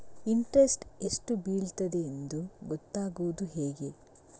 Interest ಎಷ್ಟು ಬೀಳ್ತದೆಯೆಂದು ಗೊತ್ತಾಗೂದು ಹೇಗೆ?